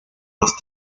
los